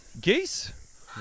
Geese